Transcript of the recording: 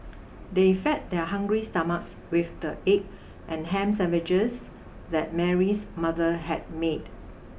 they fed their hungry stomachs with the egg and ham sandwiches that Mary's mother had made